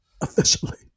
officially